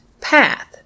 path